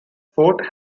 fort